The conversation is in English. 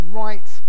right